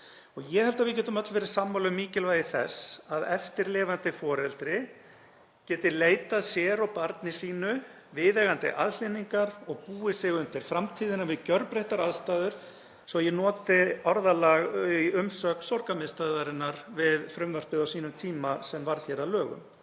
Ég held að við getum öll verið sammála um mikilvægi þess að eftirlifandi foreldri geti leitað sér og barni sínu viðeigandi aðhlynningar og búið sig undir framtíðina við gjörbreyttar aðstæður, svo ég noti orðalag í umsögn Sorgarmiðstöðvarinnar við frumvarpið á sínum tíma sem varð hér að lögum.